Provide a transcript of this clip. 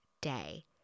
day